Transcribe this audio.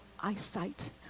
eyesight